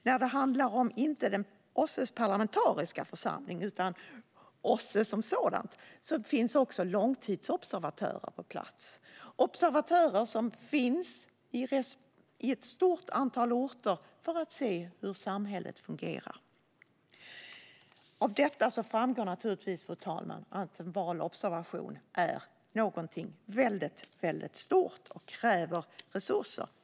När det inte handlar om OSSE:s parlamentariska församling utan om OSSE som sådant finns också långtidsobservatörer på plats - observatörer som finns på ett stort antal orter för att se hur samhället fungerar. Av detta framgår naturligtvis, fru talman, att en valobservation är någonting väldigt stort och kräver resurser.